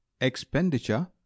Expenditure